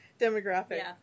demographic